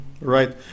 Right